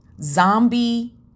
Zombie